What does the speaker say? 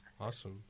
Awesome